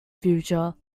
future